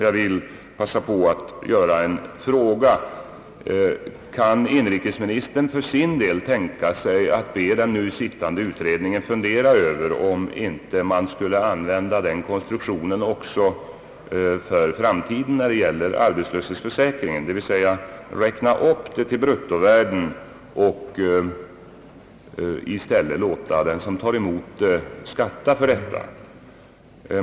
Jag vill passa på att fråga: Kan inrikesministern tänka sig att be den nu sittande utredningen att fundera över om man inte skulle använda denna konstruktion också för framtiden när det gäller arbetslöshetsförsäkringen, dvs. räkna upp ersättningen till ett bruttovärde och i stället låta den som tar emot pengarna skatta för dem?